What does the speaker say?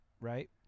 right